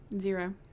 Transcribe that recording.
Zero